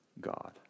God